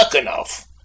enough